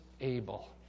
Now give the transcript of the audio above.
able